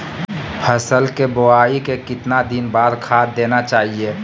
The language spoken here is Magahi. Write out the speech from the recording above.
फसल के बोआई के कितना दिन बाद खाद देना चाइए?